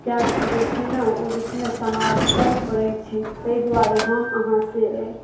किएकि जे छै ने ओ जे छै ने समाज पर पड़ै छै ताहि दुआरे हम अहाँ से